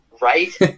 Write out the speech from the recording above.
Right